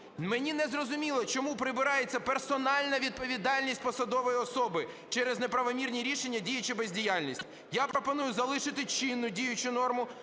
Мені не зрозуміло, чому прибирається персональна відповідальність посадової особи через неправомірні рішення, дії чи бездіяльність? Я пропоную залишити чинну діючу норму,